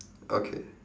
okay